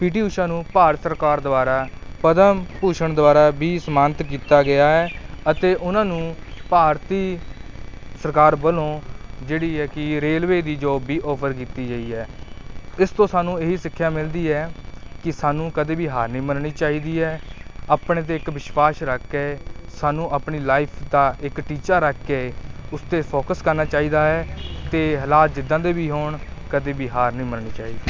ਪੀ T Usha ਨੂੰ ਭਾਰਤ ਸਰਕਾਰ ਦੁਆਰਾ ਪਦਮ ਭੂਸ਼ਣ ਦੁਆਰਾ ਵੀ ਸਨਮਾਨਿਤ ਕੀਤਾ ਗਿਆ ਹੈ ਅਤੇ ਉਹਨਾਂ ਨੂੰ ਭਾਰਤ ਸਰਕਾਰ ਵੱਲੋਂ ਸਰਕਾਰ ਵੱਲੋਂ ਜਿਹੜੀ ਹੈ ਕਿ ਰੇਲਵੇ ਦੀ ਜੋਬ ਵੀ ਆਫਰ ਕੀਤੀ ਗਈ ਹੈ ਇਸ ਤੋਂ ਸਾਨੂੰ ਇਹੀ ਸਿੱਖਿਆ ਮਿਲਦੀ ਹੈ ਕਿ ਸਾਨੂੰ ਕਦੇ ਵੀ ਹਾਰ ਨਹੀਂ ਮੰਨਣੀ ਚਾਹੀਦੀ ਹੈ ਆਪਣੇ 'ਤੇ ਇੱਕ ਵਿਸ਼ਵਾਸ ਰੱਖ ਕੇ ਸਾਨੂੰ ਆਪਣੀ ਲਾਈਫ ਦਾ ਇੱਕ ਟੀਚਾ ਰੱਖ ਕੇ ਉਸ 'ਤੇ ਫੋਕਸ ਕਰਨਾ ਚਾਹੀਦਾ ਹੈ ਅਤੇ ਹਾਲਾਤ ਜਿੱਦਾਂ ਦੇ ਵੀ ਹੋਣ ਕਦੇ ਵੀ ਹਾਰ ਨਹੀਂ ਮੰਨਣੀ ਚਾਹੀਦੀ